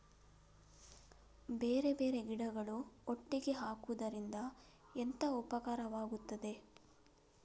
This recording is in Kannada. ಬೇರೆ ಬೇರೆ ಗಿಡಗಳು ಒಟ್ಟಿಗೆ ಹಾಕುದರಿಂದ ಎಂತ ಉಪಕಾರವಾಗುತ್ತದೆ?